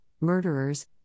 murderers